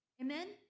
Amen